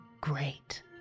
great